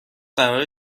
قراره